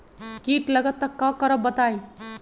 कीट लगत त क करब बताई?